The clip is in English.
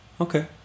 Okay